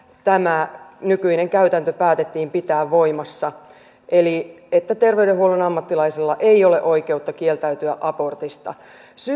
tämä nykyinen käytäntö päätettiin pitää voimassa eli se että terveydenhuollon ammattilaisilla ei ole oikeutta kieltäytyä abortista